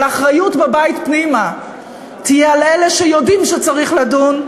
אבל האחריות בבית פנימה תהיה על אלה שיודעים שצריך לדון,